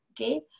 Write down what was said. okay